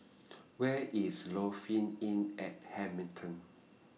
Where IS Lofi Inn At Hamilton